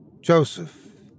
Joseph